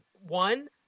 one